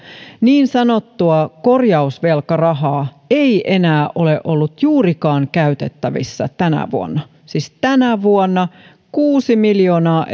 niin sanottua korjausvelkarahaa ei enää ole ollut juurikaan käytettävissä tänä vuonna siis tänä vuonna kuusi miljoonaa